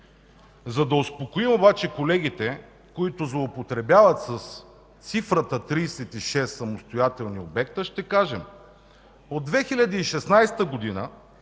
За да успокоя колегите, които злоупотребяват с цифрата – 36 самостоятелни обекта, ще кажа, че от 2016 г.